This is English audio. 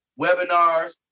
webinars